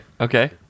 okay